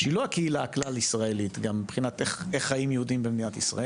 שהיא לא הקהילה כלל ישראלית גם מבחינת איך חיים יהודים במדינת ישראל.